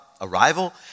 arrival